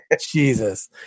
Jesus